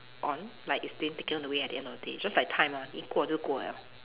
on like is being taken away at the end of the day just like time ah 已过住过 liao